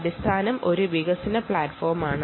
അടിസ്ഥാനപരമായി ഇത് ഒരു വികസന പ്ലാറ്റ്ഫോമാണ്